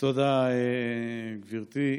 תודה, גברתי.